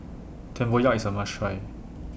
Tempoyak IS A must Try